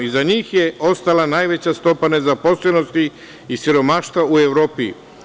Iza njih je ostala najveća stopa nezaposlenosti i siromaštva u Evropi.